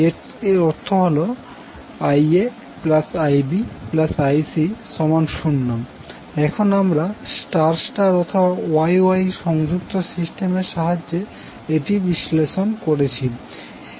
এর অর্থ হল IaIbIc0 এখন আমরা স্টার স্টার অথবা Y Y সংযুক্ত সিস্টেমের সাহায্যে এটি বিশ্লেষণ করেছি